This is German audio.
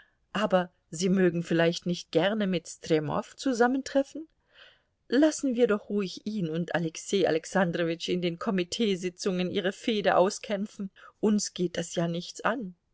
aber sie mögen vielleicht nicht gerne mit stremow zusammentreffen lassen wir doch ruhig ihn und alexei alexandrowitsch in den komiteesitzungen ihre fehde auskämpfen uns geht das ja nichts an